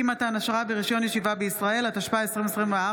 (אי-מתן אשרה ורישיון ישיבה בישראל), התשפ"ה 2024,